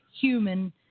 human